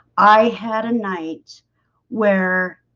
i had a night where